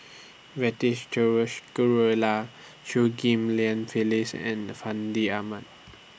Ghariwala Chew Ghim Lian Phyllis and The Fandi Ahmad